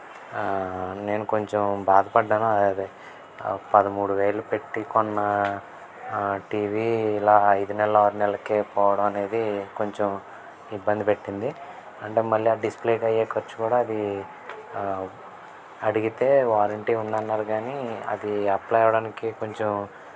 నేను కొంచెం బాధపడినాను అదే పదమూడు వేలు పెట్టి కొన్న టీవీ ఇలా ఐదు నెలల ఆరు నెలలకు పోవడం అనేది కొంచెం ఇబ్బంది పెట్టింది అంటే మళ్ళీ ఆ డిస్ప్లేకు అయ్యే ఖర్చు కూడా అది అడిగితే వారంటీ ఉంది అన్నారు కానీ అది అప్లై అవ్వడానికి కొంచెం